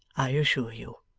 i assure you